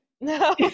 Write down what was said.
No